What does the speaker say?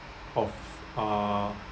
of uh